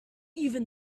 even